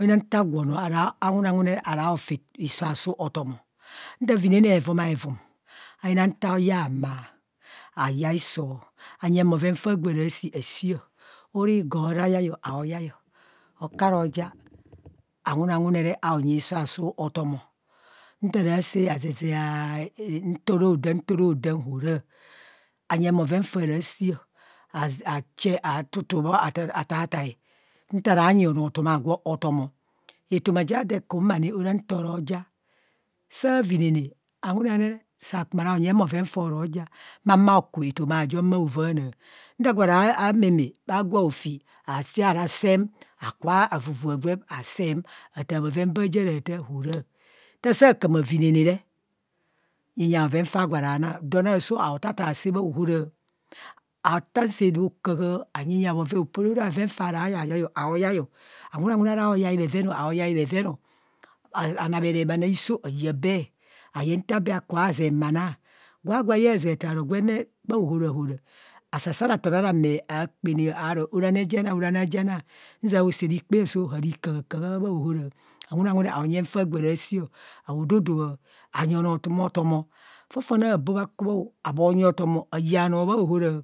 Oyina ntaagwo anoo awuneawue ara fi hiso asuu oton, nta vínene havumaevum ayína nta yaa maa, ayaa ísoo, onyeng bhoven faa agwo ara shii ashii araa ígo aoyaio aoyaí, okuraĵa awunawune aonyi isao asuu otom. Ntara saa azezaa nto ro dem nto rodam horaa anyeng bhoven faara shiio. A ch a taatae ntara anyi onro agwo otomọ etoma j̠̠̠̠̘̘̄a ado ekem anini ora nto no ja, saa vinene awunere saa. ku ma raonyeng bhoven j̢̢̢̣a ahumo auku etoma ajo mo vaana. nta gwa ra meme bha gwa hovii ajie araa sen a kub vavua gwen asee m ataa bheven bha ja ra taa horaa. Nta ka ma vinene re nyenyea bhoven faa gwa ra na don asoo auta ataa saa bha ohara, aton saa rokaha ara bhoven faa ra oyai yai o aoyai, awunawune ara ayai bhoveo aoyai bhheven o anamere bhanoo aisoo aaya bee ayen nta bee akybha zee gwa gwo ayeng gwenne bhaohora hora asasarathem ara mee aakpene aro orani ejenaa arani ejenaa nzia aosaa rikpaso hari kahakaha bhaohora awunawune aanyeng faa gwo ra shii aododoa anyi onro tum otom, fofone abo bhakubuo bho nyi otom aayaa noo bhaohora